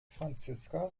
franziska